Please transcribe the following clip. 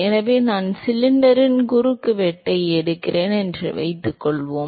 எனவே நான் இந்த சிலிண்டரின் குறுக்குவெட்டை எடுக்கிறேன் என்று வைத்துக்கொள்வோம்